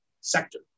sector